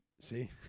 See